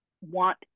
want